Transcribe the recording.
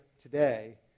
today